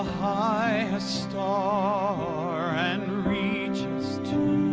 star ah star and reaches to